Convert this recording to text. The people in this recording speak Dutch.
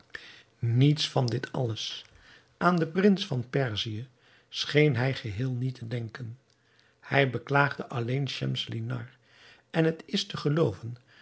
niets van dit alles aan den prins van perzië scheen hij geheel niet te denken hij beklaagde alleen schemselnihar en het is te gelooven